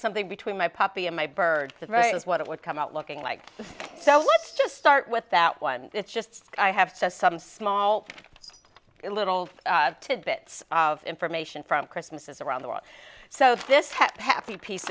something between my puppy and my bird to the right is what it would come out looking like so let's just start with that one it's just i have some small little tidbits of information from christmas around the world so this happy piece